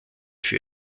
für